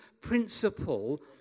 principle